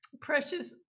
Precious